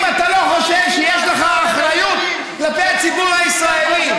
האם אתה לא חושב שיש לך אחריות כלפי הציבור הישראלי?